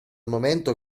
momento